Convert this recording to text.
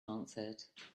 answered